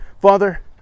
Father